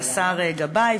והשר גבאי,